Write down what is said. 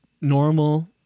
normal